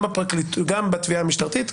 גם לגבי התביעה המשטרתית,